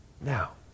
Now